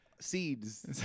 Seeds